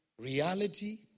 reality